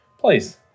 please